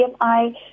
BMI